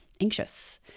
anxious